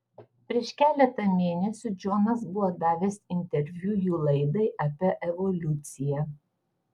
prieš keletą mėnesių džonas buvo davęs interviu jų laidai apie evoliuciją